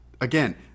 again